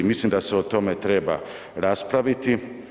Mislim da se o tome treba raspraviti.